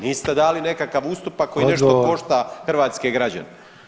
Niste [[Upadica: Odgovor.]] dali nekakav ustupak koji nešto košta hrvatske građane.